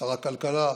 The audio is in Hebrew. שר הכלכלה,